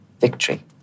victory